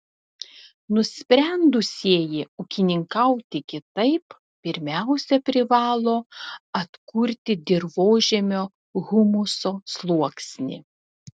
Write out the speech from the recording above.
nusprendusieji ūkininkauti kitaip pirmiausia privalo atkurti dirvožemio humuso sluoksnį